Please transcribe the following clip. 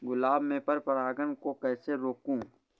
गुलाब में पर परागन को कैसे रोकुं?